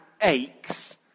aches